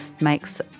makes